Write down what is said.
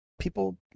people